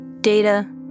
data